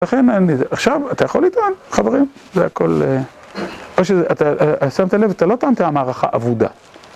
לכן אני, עכשיו אתה יכול לטען, חברים? זה הכל, או שאתה, שם את הלב, אתה לא טענת, המערכה אבודה.